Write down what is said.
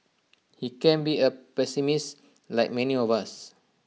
he can be A pessimist like many of us